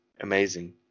amazing